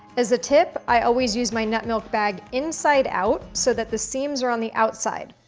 as a tip, i always use my nut milk bag inside out, so that the seams are on the outside.